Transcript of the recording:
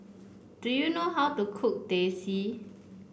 do you know how to cook Teh C